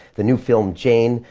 the new film, jane,